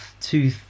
two